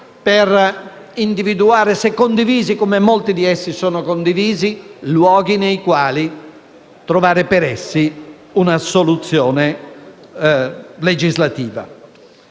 per individuare, se condivisi (e molti di essi lo sono), luoghi nei quali trovare per essi una soluzione legislativa.